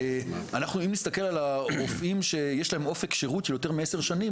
ואם אנחנו נסתכל על הרופאים שיש להם אופק שירות של יותר מעשר שנים,